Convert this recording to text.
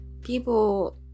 people